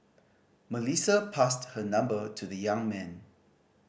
Melissa passed her number to the young man